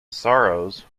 sorrows